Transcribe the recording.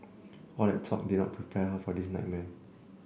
all that talk did not prepare her for this nightmare